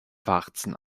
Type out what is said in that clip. warzen